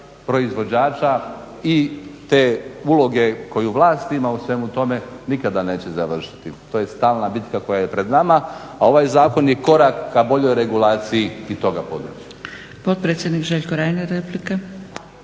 proizvođača i te uloge koju vlast ima u svemu tome nikada neće završiti. To je stalna bitka koja je pred nama. A ovaj zakon je korak k boljoj regulaciji i toga područja.